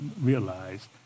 realize